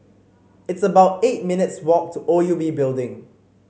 it's about eight minutes' walk to O U B Building